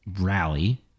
rally